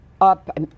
up